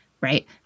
right